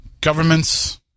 governments